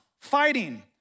fighting